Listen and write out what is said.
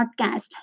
podcast